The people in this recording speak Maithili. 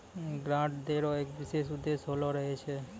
ग्रांट दै रो एक विशेष उद्देश्य होलो करै छै